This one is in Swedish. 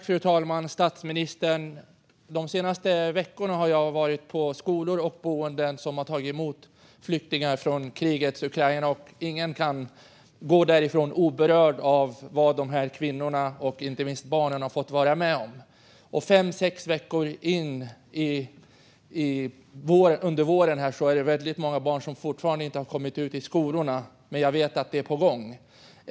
Fru talman! De senaste veckorna har jag varit på skolor och boenden som har tagit emot flyktingar från krigets Ukraina, och ingen kan gå därifrån oberörd av vad kvinnorna och inte minst barnen har fått vara med om. Efter fem sex veckor är det fortfarande många barn som inte har kommit ut på skolorna, men jag vet att det är på gång.